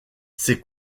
ses